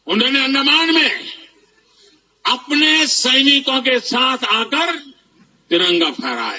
उन्होंने अंडमान में अपने सैनिकों के साथ आकर तिरंगा फहराया